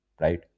right